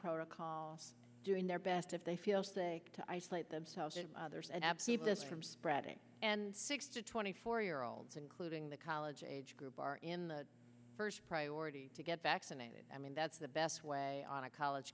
protocols doing their best if they feel sick to isolate themselves there's an absence of this from spreading and six to twenty four year olds including the college age group are in the first priority to get vaccinated i mean that's the best way on a college